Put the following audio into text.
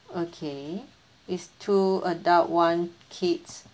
okay is two adult one kids